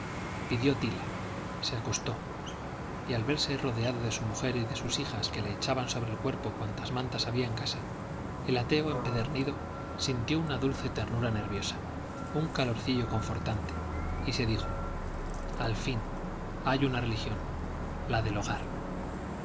pidió tila se acostó y al verse rodeado de su mujer y de sus hijas que le echaban sobre el cuerpo cuantas mantas había en casa el ateo empedernido sintió una dulce ternura nerviosa un calorcillo confortante y se dijo al fin hay una religión la del hogar